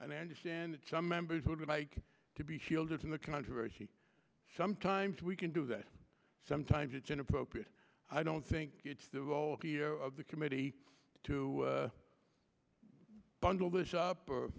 and i understand that some members would like to be shielded from the controversy sometimes we can do that sometimes it's inappropriate i don't think it's the of all here of the committee to bundle the shopper